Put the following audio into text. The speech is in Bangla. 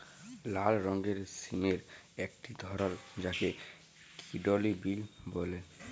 লাল রঙের সিমের একটি ধরল যাকে কিডলি বিল বল্যে